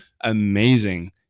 amazing